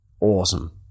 Awesome